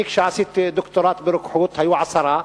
אני, כשעשיתי דוקטורט ברוקחות היו עשרה.